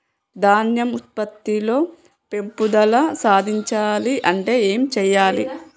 ధాన్యం ఉత్పత్తి లో పెంపుదల సాధించాలి అంటే ఏం చెయ్యాలి?